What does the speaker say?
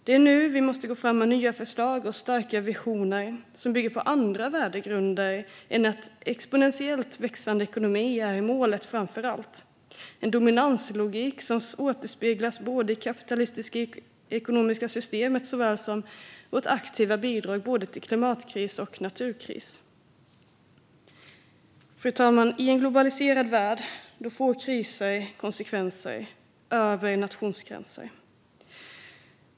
Det är nu vi måste gå fram med nya förslag och starka visioner som bygger på andra värdegrunder än att en exponentiellt växande ekonomi är målet och att vi har en dominanslogik som återspeglas både i det kapitalistiska ekonomiska systemet och i vårt aktiva bidrag till klimatkris och naturkris. Fru talman! I en globaliserad värld får kriser konsekvenser över nationsgränser.